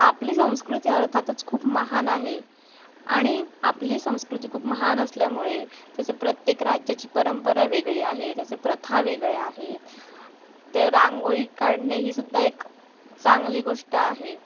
आपली संस्कृती अर्थातच खूप महान आहे आणि आपली संस्कृती खूप महान असल्यामुळे त्याचे प्रत्येक राज्याची परंपरा वेगळी आहे त्याचे प्रथा वेगळे आहेत ते रांगोळी काढणे ही सुद्धा एक चांगली गोष्ट आहे